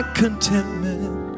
contentment